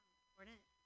important